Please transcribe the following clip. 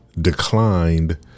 declined